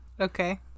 Okay